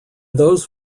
those